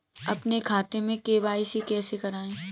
अपने खाते में के.वाई.सी कैसे कराएँ?